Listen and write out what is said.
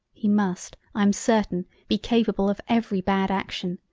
he must i am certain be capable of every bad action!